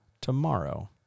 tomorrow